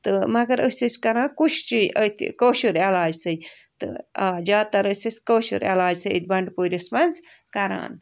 تہٕ مگر أسۍ ٲسۍ کَران کوشش أتھۍ کٲشُر علاجسٕے تہٕ آ زیادٕ تَر ٲسۍ أسۍ کٲشُر علاجسٕے أتھۍ بنٛڈٕپورِس منٛز کَران